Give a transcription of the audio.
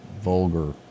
vulgar